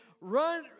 Run